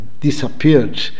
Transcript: disappeared